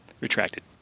retracted